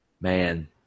Man